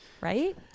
right